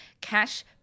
Cash